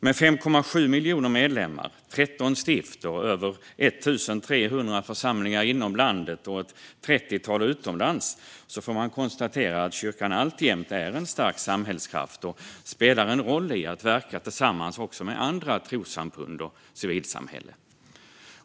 Med 5,7 miljoner medlemmar, 13 stift och över 1 300 församlingar inom landet och ett trettiotal utomlands får man konstatera att kyrkan alltjämt är en stark samhällskraft och spelar en roll i att verka tillsammans också med andra trossamfund och civilsamhälle.